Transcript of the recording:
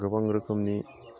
गोबां रोखोमनि